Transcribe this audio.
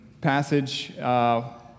passage